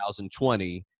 2020